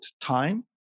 time